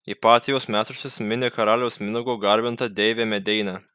ipatijaus metraštis mini karaliaus mindaugo garbintą deivę medeinę